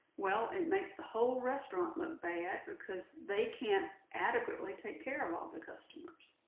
well, it makes the whole restaurant look bad, because they can't adequately take care of all the customers.